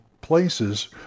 Places